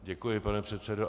Děkuji, pane předsedo.